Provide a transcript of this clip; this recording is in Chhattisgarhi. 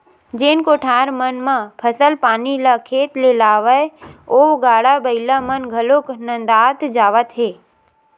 जेन कोठार मन म फसल पानी ल खेत ले लावय ओ गाड़ा बइला मन घलोक नंदात जावत हे